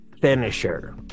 finisher